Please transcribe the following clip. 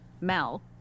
Mel